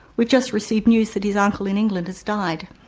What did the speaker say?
we've just received news that his uncle in england has died.